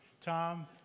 Tom